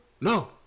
No